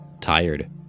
Tired